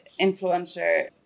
influencer